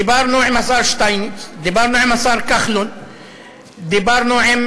דיברנו עם השר שטייניץ, דיברנו עם